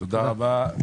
תודה רבה.